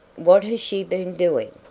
what has she been doing?